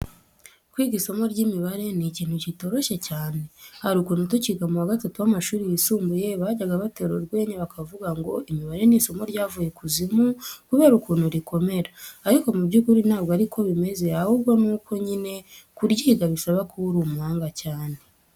Kwiga isomo ry'imibare ni ikintu kitoroshye cyane. Hari ukuntu tukiga mu wa gatatu w'amashuri yisumbuye bajyaga batera urwenya bakavuga ngo imibare ni isomo ryavuye ikuzimu kubera ukuntu rikomera, ariko mu by'ukuri ntabwo ari ko bimeze ahubwo nuko nyine kuryiga bisaba kuba uri umuhanga cyane.